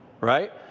right